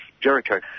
Jericho